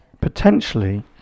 potentially